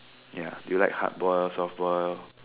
ya do you like hard boiled soft boiled